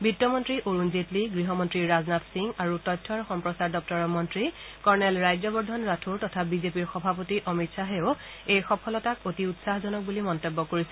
বিত্তমন্ত্ৰী অৰুণ জেটলী গৃহমন্ত্ৰী ৰাজনাথ সিং আৰু তথ্য আৰু সম্প্ৰচাৰ দপ্তৰৰ মন্ত্ৰী কৰ্ণেল ৰাজ্যবৰ্ধন ৰাথোৰ তথা বিজেপিৰ সভাপতি অমিত খাহেও এই সফলতাক অতি উৎসাহজনক বুলি মন্তব্য কৰিছে